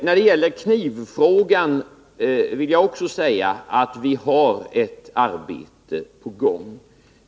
När det gäller knivfrågan vill jag också säga att vi har ett arbete på gång.